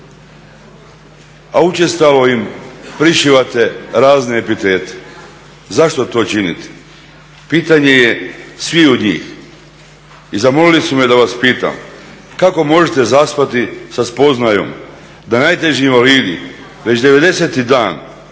a učestalo im prišivate razne epitete. Zašto to činite? Pitanje je sviju njih. I zamolili su me da vas pitam kako možete zaspati da spoznajom da najteži invalidi već 90-ti dan